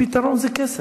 הפתרון זה כסף.